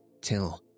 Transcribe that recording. till